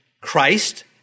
Christ